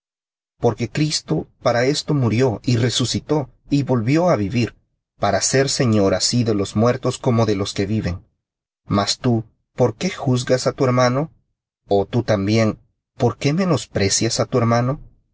porque cristo para esto murió y resucitó y volvió á vivir para ser señor así de los muertos como de los que viven mas tú por qué juzgas á tu hermano o tú también por qué menosprecias á tu hermano